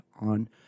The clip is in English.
on